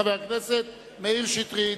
חבר הכנסת מאיר שטרית.